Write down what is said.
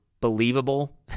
believable